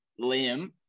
liam